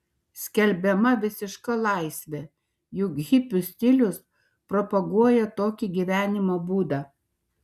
skelbiama visiška laisvė juk hipių stilius propaguoja tokį gyvenimo būdą